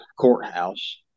courthouse